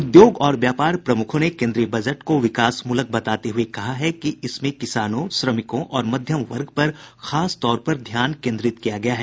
उद्योग और व्यापार प्रमुखों ने केन्द्रीय बजट को विकासमूलक बताते हुए कहा है कि इसमें किसानों श्रमिकों और मध्यम वर्ग पर खास तौर पर ध्यान केन्द्रित किया गया है